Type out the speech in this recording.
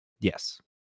Yes